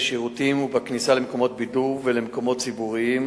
בשירותים ובכניסה למקומות בידור ולמקומות ציבוריים